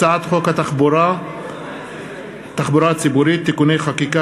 הצעת חוק תחבורה ציבורית (תיקוני חקיקה),